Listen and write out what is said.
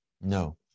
No